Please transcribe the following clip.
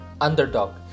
underdog